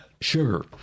sugar